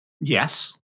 Yes